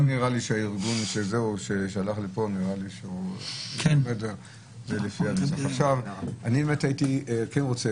לא נראה לי שהארגון ששלח --- אני באמת הייתי רוצה